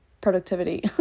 productivity